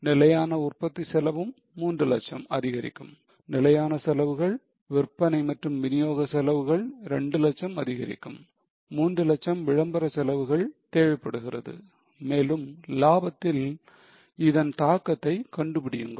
நிலையான உற்பத்தி செலவும் 300000 அதிகரிக்கும் நிலையான செலவுகள் விற்பனை மற்றும் விநியோக செலவுகள் 200000 அதிகரிக்கும் 3 லட்சம் விளம்பர செலவுகள் தேவைப்படுகிறது மேலும் லாபத்தில் இதன் தாக்கத்தை கண்டுபிடியுங்கள்